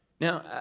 Now